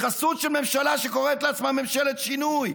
בחסות ממשלה שקוראת לעצמה ממשלת שינוי,